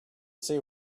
see